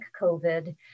COVID